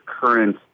current